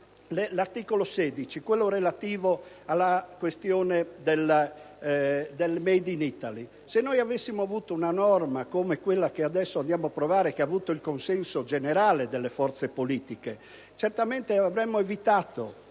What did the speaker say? l'articolo 16, relativo alla questione del *made in Italy*. Se avessimo avuto una norma come quella che abbiamo approvato, che ha avuto il consenso generale delle forze politiche, certamente avremmo evitato